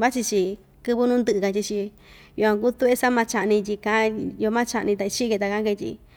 vachi‑chi kɨvɨ nuu indɨꞌɨ katyi‑chi yukuan kutuꞌve saꞌa maꞌa chaꞌni tyi kaꞌan yoo maꞌa chaꞌni ta ichiꞌi‑ke ta kaꞌan‑ke tyi.